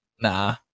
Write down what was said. nah